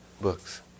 books